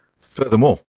Furthermore